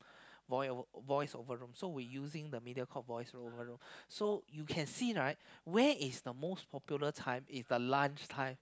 voice over voice over room so we using the Mediacorp voice over room so you can see right where is the most popular time is the lunch time